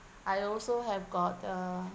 I also have got a